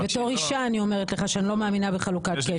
בתור אישה אני אומרת לך שאני לא מאמינה בחלוקת קשב.